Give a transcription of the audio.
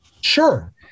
sure